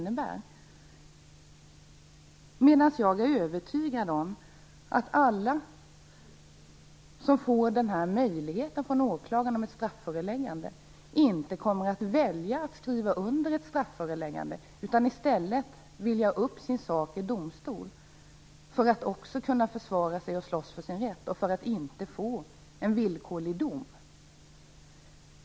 Samtidigt är jag övertygad om att alla som får den här möjligheten inte kommer att välja att skriva under ett strafföreläggande från åklagaren. Många kommer i stället att vilja ha upp sin sak i domstol, för att kunna försvara sig och slåss för sin rätt och inte få en villkorlig dom.